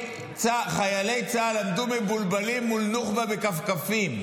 חיילי צה"ל עמדו מבולבלים מול נוח'בה, בכפכפים.